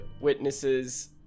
witnesses